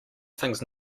thinks